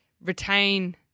retain